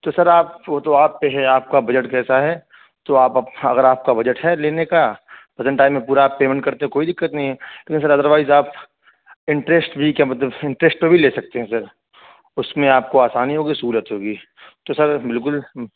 تو سر آپ وہ تو آپ پہ ہے آپ کا بجٹ کیسا ہے تو آپ اگر آپ کا بجٹ ہے لینے کا پرزینٹ ٹائم میں پورا آپ پیمنٹ کرتے ہو کوئی دقت نہیں ہے لیکن سر ادر وائز آپ انٹرسٹ بھی کیا بولتے ہیں انٹرسٹ پہ بھی لے سکتے ہیں سر اس میں آپ کو آسانی ہوگی سہولت ہوگی تو سر بالکل